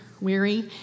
weary